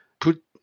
put